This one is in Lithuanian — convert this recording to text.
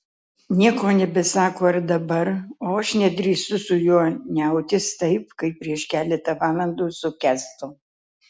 nieko nebesako ir dabar o aš nedrįstu su juo niautis taip kaip prieš keletą valandų su kęstu